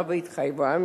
והתחייבה,